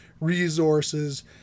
resources